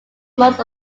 most